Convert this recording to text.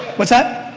what's that?